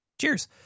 Cheers